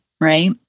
right